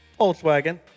Volkswagen